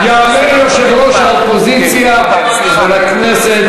ולא רק לדבר בססמאות.